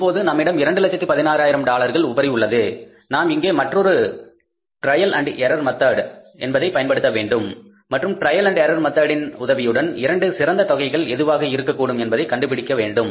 இப்போது நம்மிடம் 216000 டாலர்கள் உபரி உள்ளது நாம் இங்கே மற்றொரு ட்ரையல் அண்ட் எரர் மெத்தட் ஐ பயன்படுத்த வேண்டும் மற்றும் ட்ரையல் அண்ட் எரர் மெத்தடின் உதவியுடன் இரண்டு சிறந்த தொகைகள் எதுவாக இருக்கக்கூடும் என்பதைக் கண்டுபிடிக்க வேண்டும்